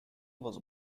was